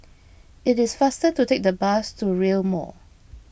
it is faster to take the bus to Rail Mall